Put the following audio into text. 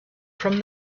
from